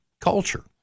culture